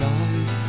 eyes